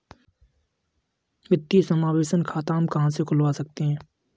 वित्तीय समावेशन खाता हम कहां से खुलवा सकते हैं?